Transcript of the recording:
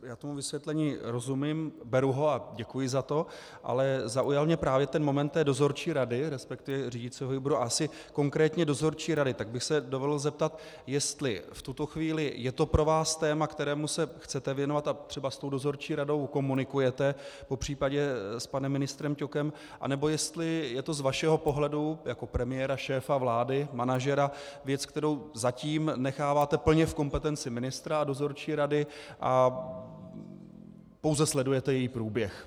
Já tomu vysvětlení rozumím, beru a děkuji za to, ale zaujal mě právě ten moment té dozorčí rady, resp. řídicího výboru a asi konkrétně dozorčí rady, tak bych se dovolil zeptat, jestli v tuto chvíli je to pro vás téma, kterému se chcete věnovat a třeba s tou dozorčí radou komunikujete, popř. s panem ministrem Ťokem, anebo jestli je to z vašeho pohledu jako premiéra, šéfa vlády, manažera, věc, kterou zatím necháváte plně v kompetenci ministra a dozorčí rady a pouze sledujete její průběh.